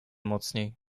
mocniej